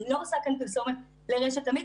אני לא עושה כאן פרסומת לרשת אמית,